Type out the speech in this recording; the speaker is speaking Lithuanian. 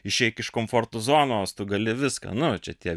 išeik iš komforto zonos tu gali viską nu čia tie